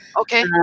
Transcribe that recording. okay